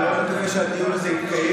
אני מאוד מקווה שהדיון הזה יתקיים,